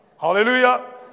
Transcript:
Hallelujah